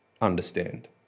understand